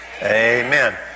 amen